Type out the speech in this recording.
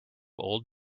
old